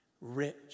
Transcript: rich